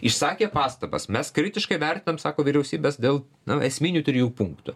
išsakė pastabas mes kritiškai vertinam sako vyriausybės dėl nu esminių trijų punktų